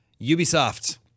Ubisoft